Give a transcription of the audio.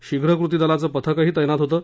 शीघ्र कृती दलाचं पथकही तैनात होतं